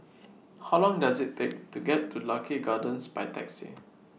How Long Does IT Take to get to Lucky Gardens By Taxi